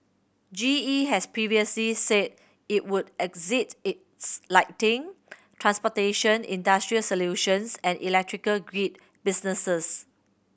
G E has previously said it would exit its lighting transportation industrial solutions and electrical grid businesses